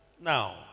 now